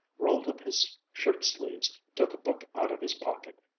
rolled up his shirt-sleeves, took a book out of his pocket,